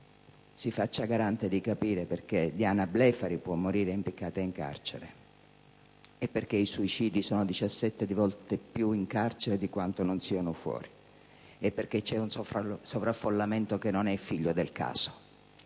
si faccia garante di capire perché Diana Blefari può morire impiccata in carcere, perché i suicidi sono 17 volte di più in carcere di quanti siano fuori, perché c'è un sovraffollamento che non è figlio del caso